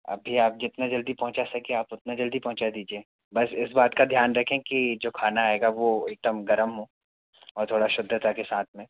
अभी आप जितना जल्दी पहुँचा सके आप उतना जल्दी पहुँचा दीजिए बस इस बात का ध्यान रखें कि जो खाना आएगा वो एकदम गर्म हो और थोड़ा शुद्धता के साथ में